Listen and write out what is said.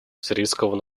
сирийского